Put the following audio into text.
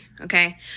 okay